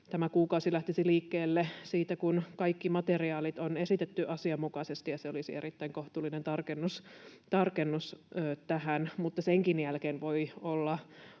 tämä kuukausi lähtisi liikkeelle siitä, kun kaikki materiaalit on esitetty asianmukaisesti, ja se olisi erittäin kohtuullinen tarkennus tähän, mutta senkin jälkeen voi olla